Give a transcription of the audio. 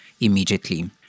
immediately